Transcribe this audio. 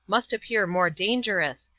must appear more dangerous,